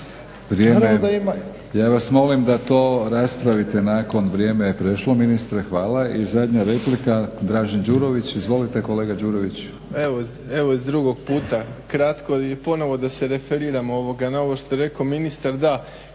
Ja vas molim da to raspravite nakon, vrijeme je prešlo ministre. Hvala. I zadnja replika, Dražen Đurović. Izvolite kolega Đurović. **Đurović, Dražen (HDSSB)** Evo iz drugog puta kratko i ponovno da se referiram na ovo što je rekao ministar.